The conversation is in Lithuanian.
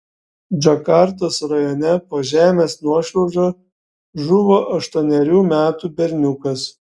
džakartos rajone po žemės nuošliauža žuvo aštuonerių metų berniukas